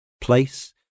place